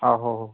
ହଉ ହଉ